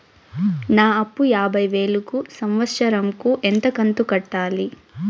నా అప్పు యాభై వేలు కు సంవత్సరం కు ఎంత కంతు కట్టాలి?